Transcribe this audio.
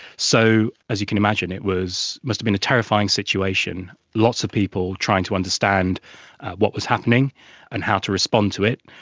so, as you can imagine, it must been a terrifying situation, lots of people trying to understand what was happening and how to respond to it.